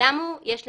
מעמדם, יש להניח,